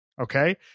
okay